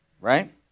Right